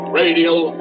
radial